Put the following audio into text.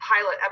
pilot